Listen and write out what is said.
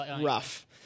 rough